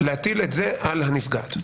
להטיל את זה על הנפגעת.